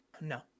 No